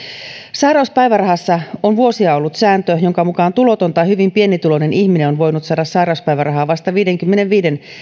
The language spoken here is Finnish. sairauspäivärahassa on vuosia ollut sääntö jonka mukaan tuloton tai hyvin pienituloinen ihminen on voinut saada sairauspäivärahaa vasta viidenkymmenenviiden